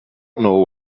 know